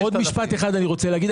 אני רוצה לומר.